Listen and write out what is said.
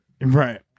right